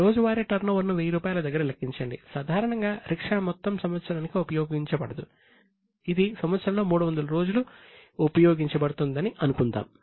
రోజువారీ టర్నోవర్ను 1000 రూపాయలు దగ్గర లెక్కించండి సాధారణంగా రిక్షా మొత్తం సంవత్సరానికి ఉపయోగించబడదుఇది సంవత్సరంలో 300 రోజులు ఉపయోగించబడుతుందని అనుకుందాం